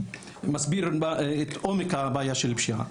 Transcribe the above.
שמסביר את עומק הבעיה של הפשיעה.